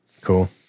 Cool